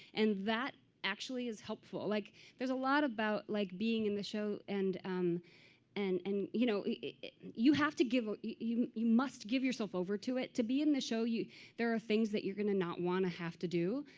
and that actually is helpful. like there's a lot about like being in the show, and um and and you know you have to give ah you you must give yourself over to it. to be in the show, there are things that you're going to not want to have to do.